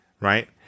right